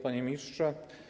Panie Ministrze!